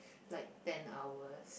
like ten hours